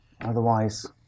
Otherwise